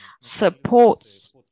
supports